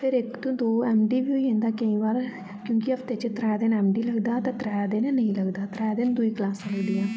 फिर इक तो दो एम डी बी होई जंदा केई बार क्यूंकि हफ्ते च त्रै दिन एम डी लगदा ते त्रै दिन नेईं लगदा ऐ तै त्रै दिन दुई क्लासां लगदियां